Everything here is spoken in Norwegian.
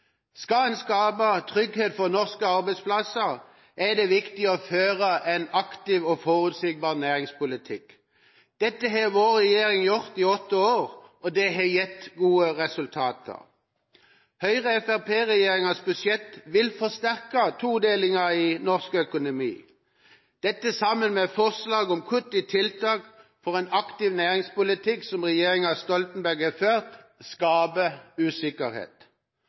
Skal en skape trygghet for norske arbeidsplasser, er det viktig å føre en aktiv og forutsigbar næringspolitikk. Dette har vår regjering gjort i åtte år, og det har gitt gode resultater. Høyre–Fremskrittsparti-regjeringas budsjett vil forsterke todelinga i norsk økonomi. Dette sammen med forslag om kutt i tiltak for en aktiv næringspolitikk, som regjeringa Stoltenberg har ført, skaper usikkerhet.